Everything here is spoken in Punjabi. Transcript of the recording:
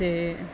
ਅਤੇ